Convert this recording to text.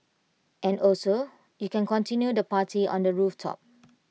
and also you can continue the party on the rooftop